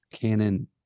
Canon